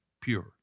pure